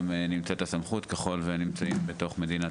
וגם נמצאת הסמכות ככול שנמצאים בתוך מדינת